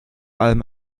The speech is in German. allem